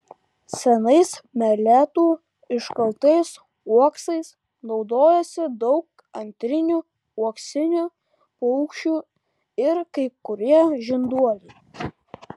senais meletų iškaltais uoksais naudojasi daug antrinių uoksinių paukščių ir kai kurie žinduoliai